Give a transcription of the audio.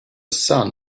sun